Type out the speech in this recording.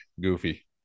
Goofy